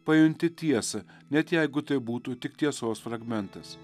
pajunti tiesą net jeigu tai būtų tik tiesos fragmentas